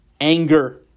anger